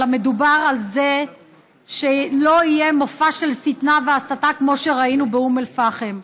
אלא שמדובר על זה שלא יהיה מופע של שטנה והסתה כמו שראינו באום אל-פחם.